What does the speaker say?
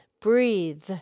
breathe